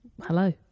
Hello